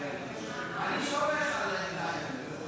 אני סומך על טייב.